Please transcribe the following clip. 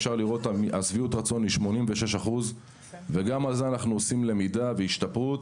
אפשר לראות את שביעות הרצון שהיא 86%. גם על זה אנחנו לומדים ומשתפרים.